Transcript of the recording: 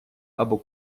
або